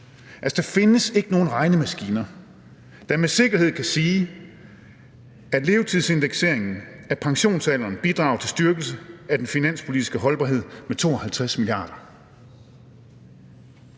volapyk. Der findes ikke nogen regnemaskine, der med sikkerhed kan sige, at levetidsindekseringen af pensionsalderen bidrager til styrkelse af den finanspolitiske holdbarhed med 52 mia. kr.